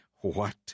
What